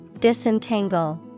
Disentangle